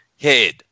head